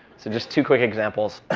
so just two quick examples.